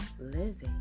Living